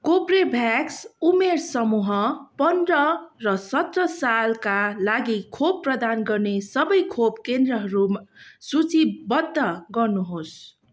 Corbevax उमेर समूह पन्ध्र र सत्र सालका लागि खोप प्रदान गर्ने सबै खोप केन्द्रहरू सूचीबद्ध गर्नुहोस्